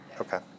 Okay